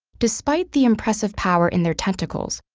despite the impressive power in their tentacles,